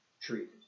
treated